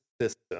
system